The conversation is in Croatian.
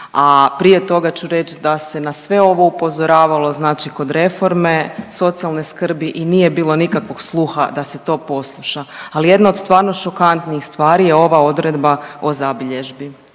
a prije toga ću reć da se na sve ovo upozoravalo znači kod reforme socijalne srbi i nije bilo nikakvog sluha da se to posluša, ali jedna od stvarno šokantnijih stvari je ova odredba o zabilježbi,